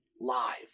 live